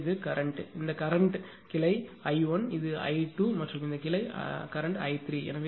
எனவே இது கரண்ட் இந்த கரண்ட் கிளை I1 இது I2 மற்றும் இந்த கிளை கரண்ட் I3